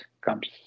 comes